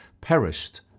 perished